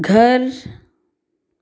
घर